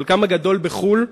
חלקן הגדול בחוץ-לארץ,